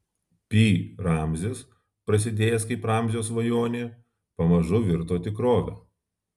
pi ramzis prasidėjęs kaip ramzio svajonė pamažu virto tikrove